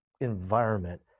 environment